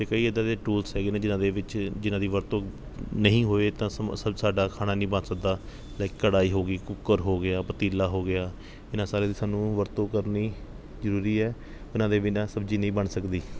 ਅਤੇ ਕਈ ਇੱਦਾਂ ਦੇ ਟੂਲਸ ਹੈਗੇ ਨੇ ਜਿਨ੍ਹਾਂ ਵਿੱਚ ਜਿਨ੍ਹਾਂ ਦੀ ਵਰਤੋਂ ਨਹੀਂ ਹੋਵੇ ਤਾਂ ਸਾਡਾ ਖਾਣਾ ਨਹੀਂ ਬਣ ਸਕਦਾ ਲਾਈਕ ਕੜਾਹੀ ਹੋ ਗਈ ਕੂੱਕਰ ਹੋ ਗਿਆ ਪਤੀਲਾ ਹੋ ਗਿਆ ਇਨ੍ਹਾਂ ਸਾਰਿਆਂ ਦੀ ਸਾਨੂੰ ਵਰਤੋਂ ਕਰਨੀ ਜ਼ਰੂਰੀ ਹੈ ਇਨ੍ਹਾਂ ਦੇ ਬਿਨਾਂ ਸਬਜ਼ੀ ਨਹੀਂ ਬਣ ਸਕਦੀ